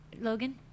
Logan